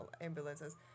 ambulances